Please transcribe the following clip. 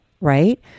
right